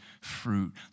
fruit